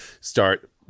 start